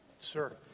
Sir